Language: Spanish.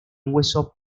hueso